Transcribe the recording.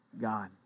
God